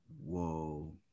whoa